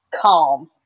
calm